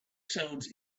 sounds